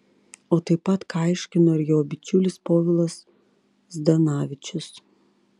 o taip pat ką aiškino ir jo bičiulis povilas zdanavičius